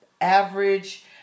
Average